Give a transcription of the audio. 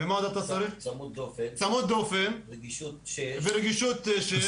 צמוד דופן ורגישות שש.